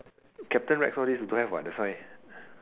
captain Rex all these don't have what that's why